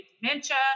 dementia